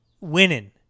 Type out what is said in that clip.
winning